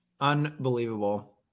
Unbelievable